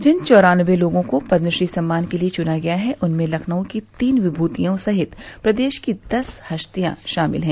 जिन चैरान्बे लोगों को पदम श्री सम्मान के लिए चुना गया है उनमें लखनऊ की तीन विभूतियों सहित प्रदेश की दस हस्तियां शामिल हैं